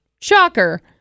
shocker